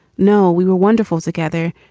no. we were wonderful together.